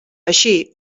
així